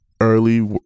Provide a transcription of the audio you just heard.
early